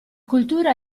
cultura